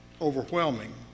overwhelming